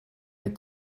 est